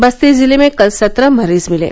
बस्ती जिले में कल सत्रह मरीज मिले